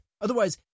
Otherwise